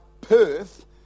Perth